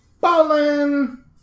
Ballin